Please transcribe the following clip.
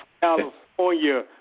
California